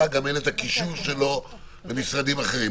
גם אין את הקישור שלו למשרדים אחרים.